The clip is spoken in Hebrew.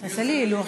למי את